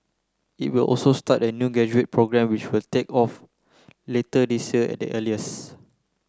it will also start a new graduate programme which will take off later this year at the earliest